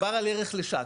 דובר על ערך לשעה.